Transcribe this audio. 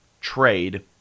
trade